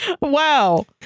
wow